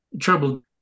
Trouble